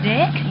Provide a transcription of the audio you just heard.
Dick